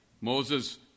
Moses